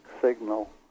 signal